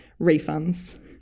refunds